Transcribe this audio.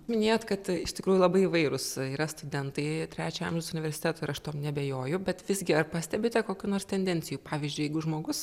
minėjot kad iš tikrųjų labai įvairūs yra studentai trečio amžiaus universiteto ir aš tuom neabejoju bet visgi ar pastebite kokių nors tendencijų pavyzdžiui jeigu žmogus